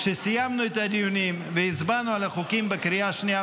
כשסיימנו את הדיונים והצבענו על החוקים בקריאה השנייה